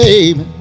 Baby